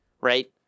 right